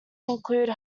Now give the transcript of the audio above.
include